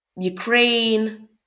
Ukraine